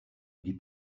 die